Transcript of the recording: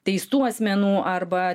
teistų asmenų arba